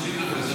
אז אני משיב לך.